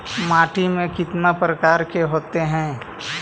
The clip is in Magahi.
माटी में कितना प्रकार के होते हैं?